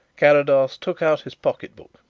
carrados took out his pocket-book,